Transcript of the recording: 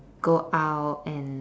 go out and